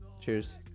Cheers